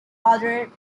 arthur